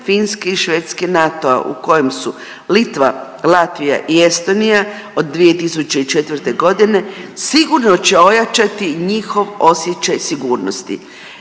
Finske i Švedske NATO-u u kojem su Litva, Latvija i Estonija od 2004. g. sigurno će ojačati i njihov osjećaj sigurnosti.